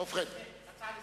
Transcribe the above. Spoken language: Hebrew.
הצעה לסדר.